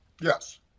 Yes